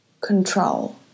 control